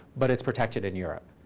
but it's protected in europe.